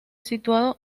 situado